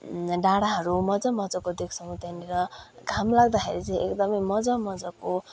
डाँडाहरू मज्जा मज्जाको देख्छौँ त्यहाँनिर घाम लाग्दाखेरि चाहिँ एकदमै मज्जा मज्जाको